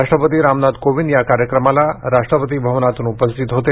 राष्ट्रपती रामनाथ कोविंद या कार्यक्रमाला राष्ट्रपती भवनातून उपस्थित होते